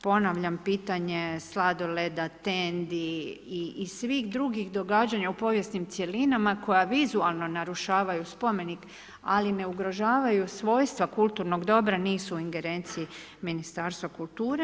Ponavljam pitanje sladoleda, tendi i svih drugih događanja u povijesnim cjelinama koja vizualno narušavaju spomenik, ali ne ugrožavaju svojstva kulturnog dobra nisu u ingerenciji Ministarstva kulture.